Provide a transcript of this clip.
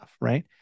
right